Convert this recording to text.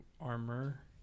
armor